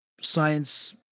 science